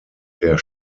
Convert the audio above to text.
der